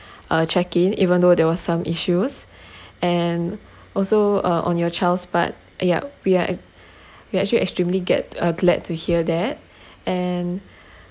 uh check in even though there was some issues and also uh on your child's part uh yup we are we are actually extremely gl~ uh glad to hear that and